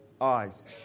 eyes